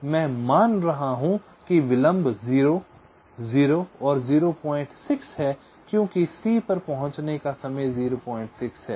इसलिए मैं मान रहा हूं कि विलंब 0 0 और 06 हैं क्योंकि c पर पहुंचने का समय 06 है